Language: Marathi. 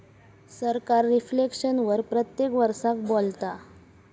सरकार रिफ्लेक्शन वर प्रत्येक वरसाक बोलता